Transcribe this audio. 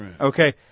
Okay